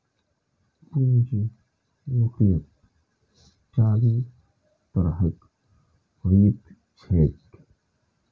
पूंजी मुख्यतः चारि तरहक होइत छैक